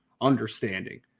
understanding